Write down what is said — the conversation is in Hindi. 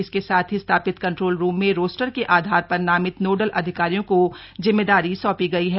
इसके साथ ही स्थापित कंट्रोल रूम में रोस्टर के आधार पर नामित नोडल अधिकारियों को जिम्मेंदारी सौपी गयी है